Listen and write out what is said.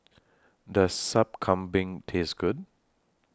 Does Sup Kambing Taste Good